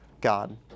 God